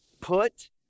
Put